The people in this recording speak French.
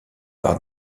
par